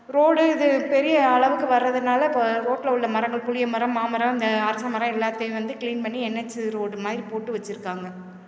road இது பெரிய அளவுக்கு வர்றதனால இப்போ ரோட்டில உள்ள மரங்கள் புளிய மரம் மா மரம் இந்த அரச மரம் எல்லாத்தையும் வந்து கிளீன் பண்ணி என்ஹெச்சு ரோடு மாதிரி போட்டு வச்சிருக்காங்க